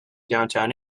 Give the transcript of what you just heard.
downtown